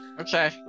Okay